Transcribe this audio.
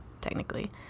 technically